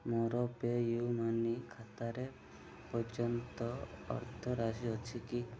ମୋର PayU money ଖାତାରେ ପର୍ଯ୍ୟାପ୍ତ ଅର୍ଥରାଶି ଅଛି କି